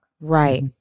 Right